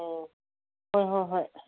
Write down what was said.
ꯑꯣ ꯍꯣꯏ ꯍꯣꯏ ꯍꯣꯏ